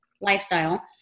Lifestyle